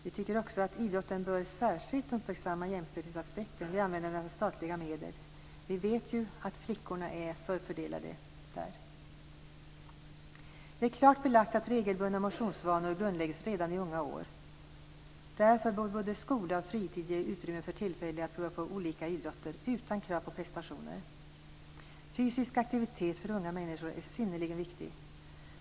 Idrotten bör, tycker vi, särskilt uppmärksamma jämställdhetsaspekten vid användandet av statliga medel. Vi vet ju att flickorna är förfördelade i det avseendet. Det är klart belagt att regelbundna motionsvanor grundläggs redan i unga år. Därför bör både skola och fritid ge utrymme för tillfällen att prova på olika idrotter utan krav på prestationer. Fysisk aktivitet för unga människor är synnerligen viktig.